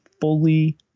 fully